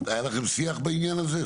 היה לכם שיח בעניין הזה?